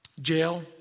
Jail